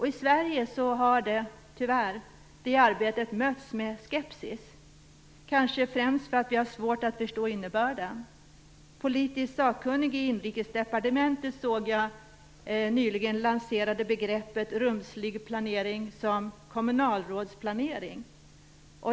I Sverige har det arbetet, tyvärr, mötts med skepsis, kanske främst därför att vi har svårt att förstå innebörden. En politiskt sakkunnig på Inrikesdepartementet lanserade nyligen, såg jag, begreppet rumslig planering som "kommunalrådsplanering".